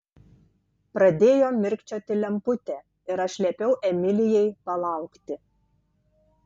pradėjo mirkčioti lemputė ir aš liepiau emilijai palaukti